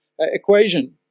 equation